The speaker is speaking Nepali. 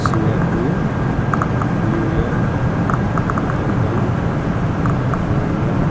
Singapore New York Hong Kong London